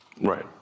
Right